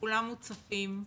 כולם מוצפים,